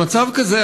במצב כזה,